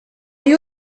you